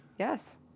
Yes